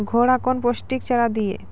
घोड़ा कौन पोस्टिक चारा दिए?